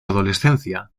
adolescencia